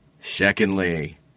Secondly